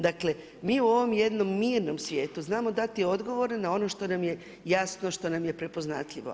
Dakle, mi u jednom mirnom svijetu, znamo dati odgovor, na ono što nam je jasno, što nam je prepoznatljivo.